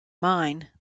mine